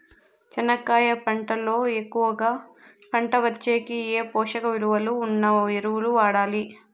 చెనక్కాయ పంట లో ఎక్కువగా పంట వచ్చేకి ఏ పోషక విలువలు ఉన్న ఎరువులు వాడాలి?